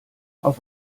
auf